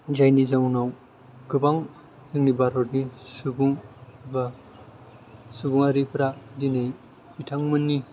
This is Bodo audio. जायनि जाउनाव गोबां जोंनि भारतनि सुबुं बा सुबुंयारिफ्रा दिनै बिथांमोननि